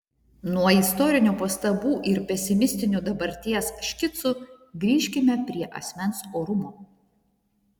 nuo istorinių pastabų ir pesimistinių dabarties škicų grįžkime prie asmens orumo